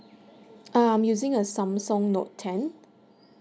I'm using a samsung note ten